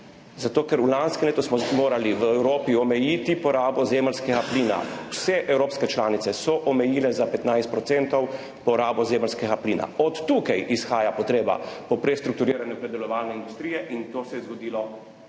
Zato ker smo v lanskem letu morali v Evropi omejiti porabo zemeljskega plina. Vse evropske članice so omejile za 15 % porabo zemeljskega plina. Od tod izhaja potreba po prestrukturiranju predelovalne industrije in to se je zgodilo po